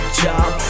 job